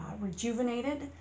rejuvenated